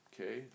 Okay